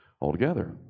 altogether